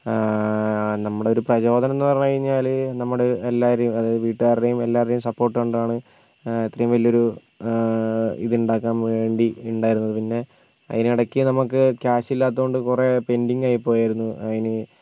ആ നമ്മുടൊരു പ്രചോദനംന്ന് പറഞ്ഞ് കഴിഞ്ഞാൽ നമ്മുടെ എല്ലാവരും അതായത് വീട്ടുകാരുടെയും എല്ലാവരുടെയും സപ്പോർട്ട് കൊണ്ടാണ് ഇത്രയും വലിയൊരു ഇതുണ്ടാക്കാൻ വേണ്ടി ഉണ്ടായിരുന്നത് പിന്നെ അതിനിടക്ക് നമുക്ക് ക്യാഷില്ലാത്തുകൊണ്ട് കുറെ പെൻഡിങ് ആയി പോയായിരുന്നു അതിന്